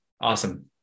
awesome